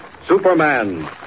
Superman